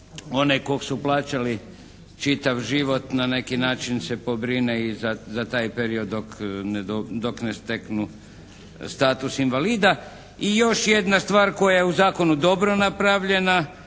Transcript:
onog kog su plaćali čitav život na neki način se pobrine i za taj period dok ne steknu status invalida. I još jedna stvar koja je u zakonu dobro napravljena.